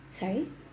sorry